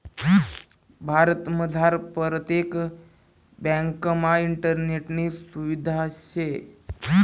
भारतमझार परतेक ब्यांकमा इंटरनेटनी सुविधा शे